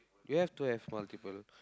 you have to have multiple